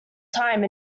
time